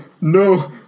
No